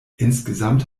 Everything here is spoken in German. insgesamt